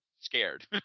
scared